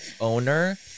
owner